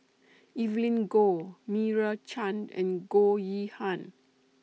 Evelyn Goh Meira Chand and Goh Yihan